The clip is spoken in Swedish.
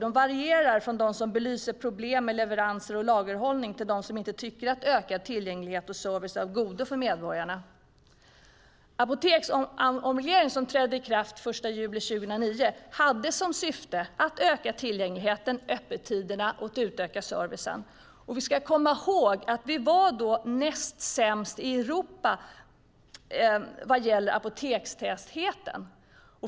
De varierar från dem som belyser problem med leveranser och lagerhållning till dem som inte tycker att ökad tillgänglighet och service är av godo för medborgarna. Apoteksomregleringen som trädde i kraft den 1 juli 2009 hade som syfte att öka tillgängligheten och öppettiderna samt att utöka servicen. Vi ska komma ihåg att Sverige då var näst sämst i Europa vad gäller apotekstätheten.